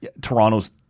Toronto's